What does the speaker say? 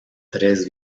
tres